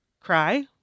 cry